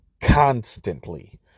constantly